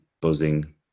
buzzing